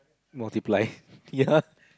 multiply yea